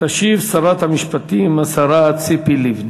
תשיב שרת המשפטים, השרה ציפי לבני.